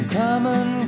common